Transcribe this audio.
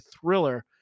thriller